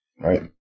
right